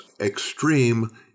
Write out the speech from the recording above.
extreme